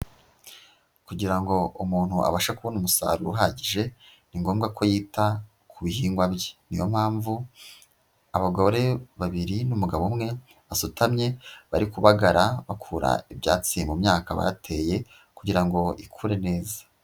Kugira ngo umuntu abashe kubona umusaruro uhagije, ni ngombwa ko yita ku bihingwa bye. Niyo mpamvu abagore babiri n'umugabo umwe, basutamye bari kubagara bakura ibyatsi mu myaka bateye kugira ngo ikure neza.